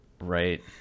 right